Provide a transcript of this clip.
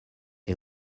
est